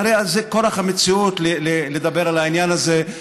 הרי זה כורח המציאות לדבר על העניין הזה.